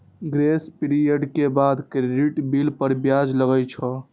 grace period के बाद credit bill पर ब्याज लागै छै